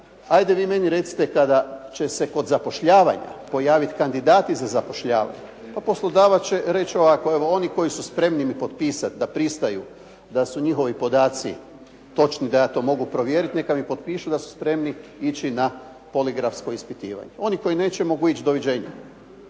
ajde vi meni recite kada će se kod zapošljavanja pojaviti kandidati za zapošljavanje, pa poslodavac će reći ovako, evo oni koji su spremni mi potpisati da pristaju da su njihovi podaci točni da ja to mogu provjeriti neka mi potpišu da su spremni ići na poligrafsko ispitivanje. Oni koji neće mogu ići, doviđenja.